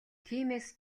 тиймээс